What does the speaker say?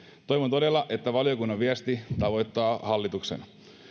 toivon todella että valiokunnan viesti tavoittaa hallituksen